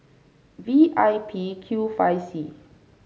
V I P Q five C